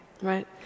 right